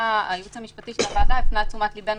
הייעוץ המשפטי של הוועדה הפנה את תשומת ליבנו